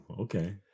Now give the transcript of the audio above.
okay